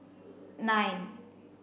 nine